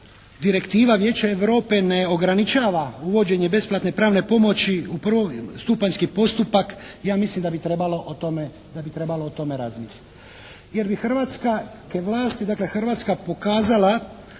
Direktiva Vijeća Europe ne ograničava uvođenje besplatne pravne pomoći u prvostupanjski postupak ja mislim da bi trebalo o tome razmisliti. Jer bi hrvatska vlast, dakle Hrvatska pokazala